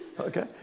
Okay